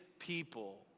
people